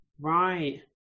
Right